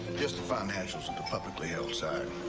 just the financials of the publicly held side.